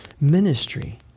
ministry